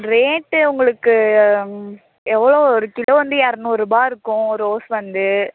rate உங்களுக்கு எவ்வளோ ஒரு கிலோ வந்து இரநூறுபா இருக்கும் ரோஸ் வந்து